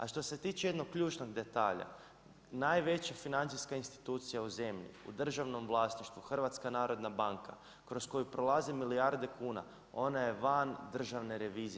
A što se tiče jednog ključnog detalja, najveća financijska institucija u zemlji, u državnom vlasništvu HNB, kroz koju prolazi milijarde kuna, ona je van Državne revizije.